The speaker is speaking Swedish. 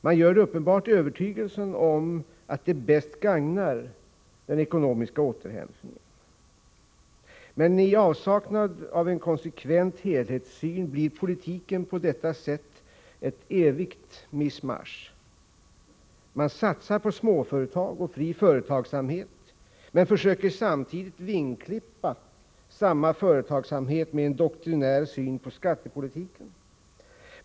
Man gör det uppenbart i övertygelsen om att det bäst gagnar den ekonomiska återhämtningen. Men i avsaknad av en konsekvent helhetssyn blir politiken på detta sätt ett evigt mischmasch. Man satsar på småföretag och fri företagsamhet men försöker samtidigt vingklippa samma företagsamhet med en doktrinär syn på skattepolitiken.